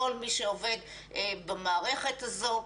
כל מי שעובד במערכת הזו.